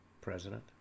president